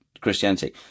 Christianity